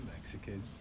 Mexican